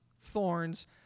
thorns